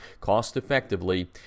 cost-effectively